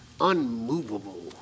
unmovable